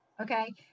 okay